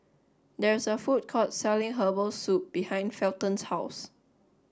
there is a food court selling Herbal Soup behind Felton's house